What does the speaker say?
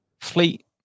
fleet